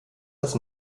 das